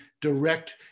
direct